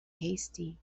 hasty